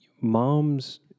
moms